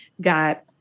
got